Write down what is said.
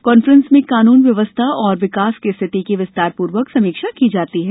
conference में कानून व्यवस्था और विकास की स्थिति की विस्तारपूर्वक समीक्षा की जाती है